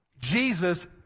Jesus